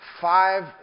five